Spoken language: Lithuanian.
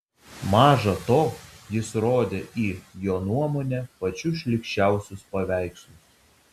maža to jis rodė į jo nuomone pačius šlykščiausius paveikslus